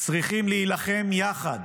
צריכים להילחם יחד